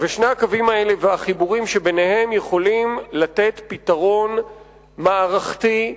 ושני הקווים האלה והחיבורים שביניהם יכולים לתת פתרון מערכתי,